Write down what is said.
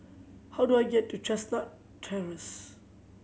how do I get to Chestnut Terrace